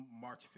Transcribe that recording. March